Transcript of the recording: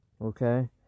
okay